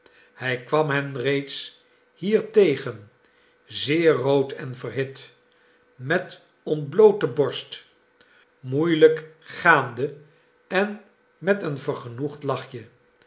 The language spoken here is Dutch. hij kwam hen reeds hier tegen zeer rood en verhit met ontbloote borst moeielijk gaande en met een vergenoegd lachje